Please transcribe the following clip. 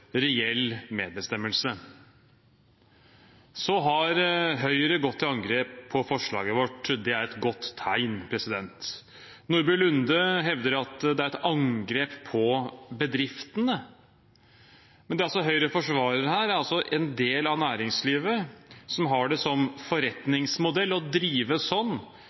reell medbestemmelse. Så har Høyre gått til angrep på forslaget vårt. Det er et godt tegn. Representanten Nordby Lunde hevder at det er et angrep på bedriftene. Men det Høyre forsvarer, er en del av næringslivet som har det som forretningsmodell å drive sånn